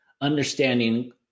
understanding